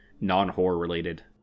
non-horror-related